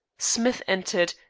smith entered,